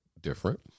different